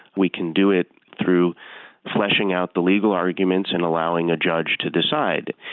we can do it through fleshing out the legal arguments and allowing a judge to decide.